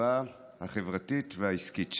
הליבה החברתית והעסקית שלה,